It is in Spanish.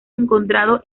encontrado